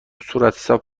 صورتحساب